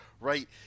right